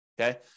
Okay